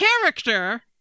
character